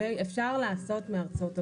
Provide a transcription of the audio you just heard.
אפשר לעשות מארצות הברית.